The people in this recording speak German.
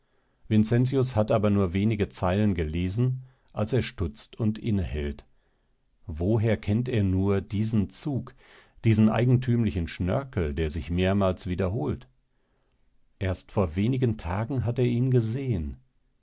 vincentius hat aber nur wenige zeilen gelesen als er stutzt und innehält woher kennt er nur diesen zug diesen eigentümlichen schnörkel der sich mehrmals wiederholt erst vor wenigen tagen hat er ihn gesehen